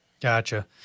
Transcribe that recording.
gotcha